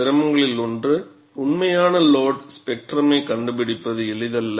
சிரமங்களில் ஒன்று உண்மையான லோடு ஸ்பெக்ட்ரமைக் கண்டுபிடிப்பது எளிதல்ல